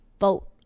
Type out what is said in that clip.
vote